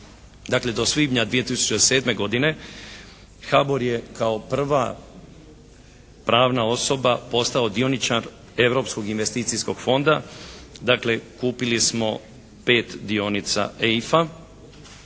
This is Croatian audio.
Dakle, do svibnja 2007. godine HABOR je kao prva pravna osoba postao dioničar Europskog investicijskog fonda. Dakle, kupili smo pet dionica